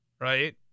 right